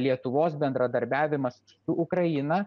lietuvos bendradarbiavimas su ukraina